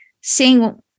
seeing